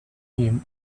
him